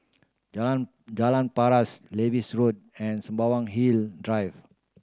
Jalan Jalan Paras Lewis Road and Sembawang Hill Drive